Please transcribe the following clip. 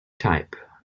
type